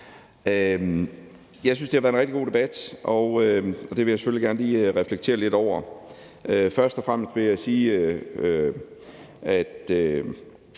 Jeg synes, det har været en rigtig god debat, og det vil jeg selvfølgelig gerne lige reflektere lidt over. Først og fremmest vil jeg sige, at